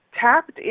tapped